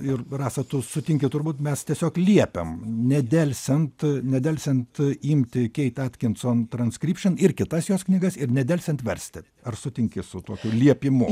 ir rasa tu sutinki turbūt mes tiesiog liepiam nedelsiant nedelsiant imti keitę atkinson transkripšin ir kitas jos knygas ir nedelsiant versti ar sutinki su tokiu liepimu